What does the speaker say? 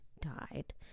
died